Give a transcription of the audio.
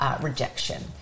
rejection